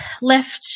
left